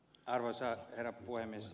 arvoisa herra puhemies